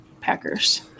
Packers